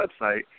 website